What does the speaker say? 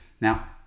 Now